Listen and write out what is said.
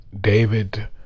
David